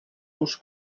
dos